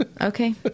Okay